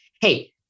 hey